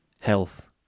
health